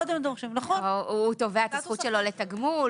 הוא תובע את הזכות שלו לתגמול,